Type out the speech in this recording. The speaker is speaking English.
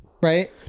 right